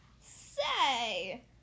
say